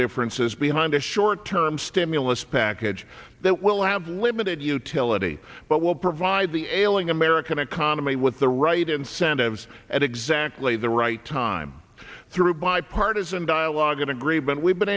differences behind a short term stimulus package that will have limited utility but will provide the ailing american economy with the right incentives at exactly the right time through bipartisan dialogue an agreement we've been